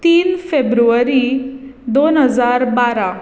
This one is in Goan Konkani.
तीन फेब्रुवरी दोन हजार बारा